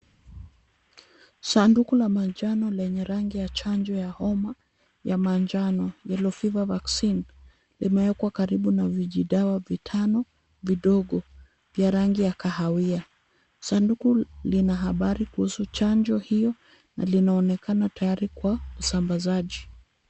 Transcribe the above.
Sanduku la manjano na lenye rangi ya chanjo ya homa ya manjano yellow fever vaccine , limewekwa karibu na vijidawa vitano vidogo vya rangi ya kahawia. Sanduku lina habari kuhusu chanjo hiyo a linaonekana tayari kwa usambazaji.